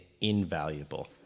invaluable